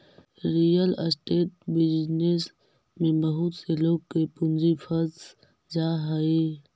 real estate business में बहुत से लोग के पूंजी फंस जा हई